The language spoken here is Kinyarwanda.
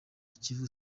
kivu